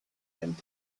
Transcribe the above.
and